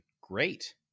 great